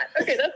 Okay